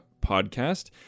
podcast